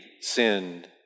sinned